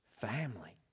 family